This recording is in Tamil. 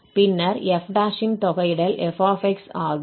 பின்னர் f இன் தொகையிடல் f ஆகும்